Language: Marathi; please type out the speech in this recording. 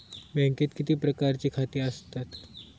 बँकेत किती प्रकारची खाती आसतात?